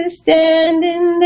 standing